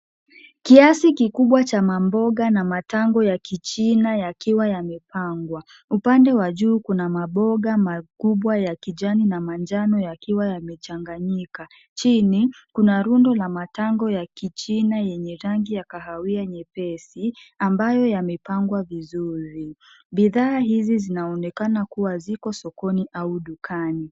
Kiasi kikubwa cha mamboga na matango ya kichina yakiwa yamepangwa. Upande wa juu kuna maboga, makubwa ya kijani na manjano yakiwa yame changanyika. Chini kuna rundo la matango ya kichina yenye rangi ya kahawia nyepesi, ambayo yamepangwa vizuri. Bidhaa hizi zinaonekana kuwa ziko sokoni au dukani.